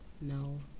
no